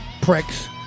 pricks